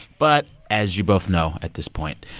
but as you both know, at this point,